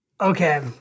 Okay